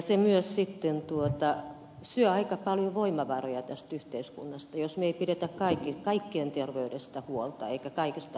se myös syö aika paljon voimavaroja tästä yhteiskunnasta jos me emme pidä kaikkien terveydestä huolta eikä kaikista huolehdita